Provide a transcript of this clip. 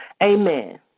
amen